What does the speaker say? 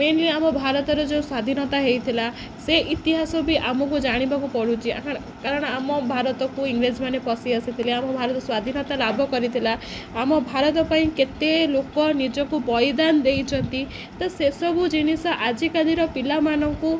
mainly ଆମ ଭାରତର ଯେଉଁ ସ୍ଵାଧୀନତା ହେଇଥିଲା ସେ ଇତିହାସ ବି ଆମକୁ ଜାଣିବାକୁ ପଡ଼ୁଛି କାରଣ ଆମ ଭାରତକୁ ଇଂରେଜମାନେ ପଶି ଆସିଥିଲେ ଆମ ଭାରତ ସ୍ଵାଧୀିନନତା ଲାଭ କରିଥିଲା ଆମ ଭାରତ ପାଇଁ କେତେ ଲୋକ ନିଜକୁ ବଳିଦାନ ଦେଇଛନ୍ତି ତ ସେସବୁ ଜିନିଷ ଆଜିକାଲିର ପିଲାମାନଙ୍କୁ